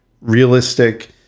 realistic